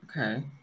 Okay